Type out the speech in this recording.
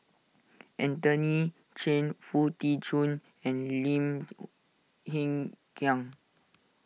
Anthony Chen Foo Tee Jun and Lim Hng Kiang